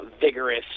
vigorous